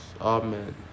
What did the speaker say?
amen